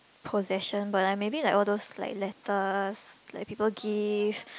possession but like maybe like all those like letters like people give